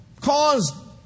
caused